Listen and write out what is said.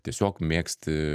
tiesiog mėgsti